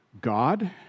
God